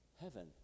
heaven